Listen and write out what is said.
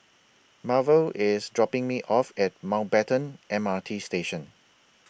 Marvel IS dropping Me off At Mountbatten M R T Station